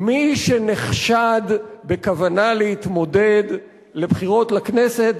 מי שנחשד בכוונה להתמודד לבחירות לכנסת,